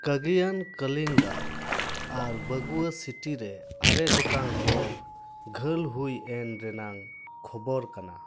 ᱠᱟᱜᱮᱭᱟᱱ ᱠᱚᱞᱤᱝᱜᱟ ᱟᱨ ᱵᱟᱹᱜᱩᱣᱟᱹᱥᱤᱴᱤ ᱨᱮ ᱟᱨᱮ ᱜᱚᱴᱟᱝ ᱦᱚᱲ ᱜᱷᱟᱹᱞ ᱦᱩᱭ ᱮᱱ ᱨᱮᱱᱟᱝ ᱠᱷᱚᱵᱚᱨ ᱠᱟᱱᱟ